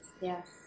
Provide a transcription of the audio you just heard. Yes